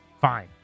fine